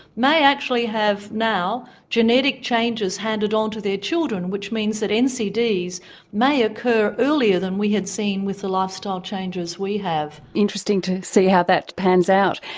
may actually have now genetic changes handed on to their children, which means that ncds may occur earlier than we had seen with the lifestyle changes we have. interesting to see how that pans out.